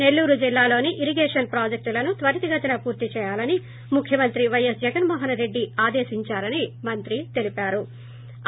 నెల్లూరు జిల్లాలోని ఇరిగేషన్ ప్రాజెక్టులను త్వరితగతిన పూర్తి చేయాలని ముఖ్యమంత్రి పైఎస్ జగన్మోహన్రెడ్డి ఆదేశించారని మంత్రి తెలిపారు